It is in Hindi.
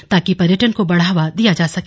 ताकि पर्यटन को बढ़ावा दिया जा सके